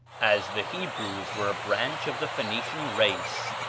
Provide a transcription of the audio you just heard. as the hebrews were a branch of the phoenician race,